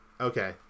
okay